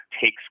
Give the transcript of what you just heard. takes